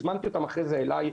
הזמנתי אותם אחר כך אלי,